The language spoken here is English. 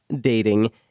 dating